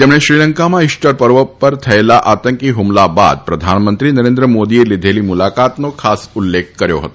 તેમણે શ્રીલંકામાં ઈસ્ટર પર્વ પર થયેલા આતંકી હ્મલા બાદ પ્રધાનમંત્રી નરેદ્ર મોદીએ લીધેલી મુલાકાતનો ખાસ ઉલ્લેખ કર્યો હતો